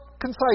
concise